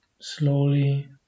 Slowly